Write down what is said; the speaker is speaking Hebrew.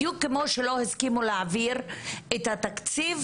בדיוק כמו שלא הסכימו להעביר את התקציב